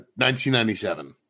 1997